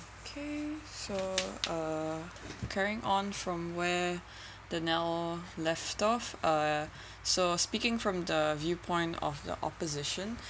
okay so uh carrying on from where uh danielle left off uh so speaking from the viewpoint of the opposition